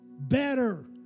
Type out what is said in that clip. better